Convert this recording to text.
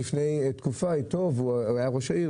כשהוא היה ראש העיר,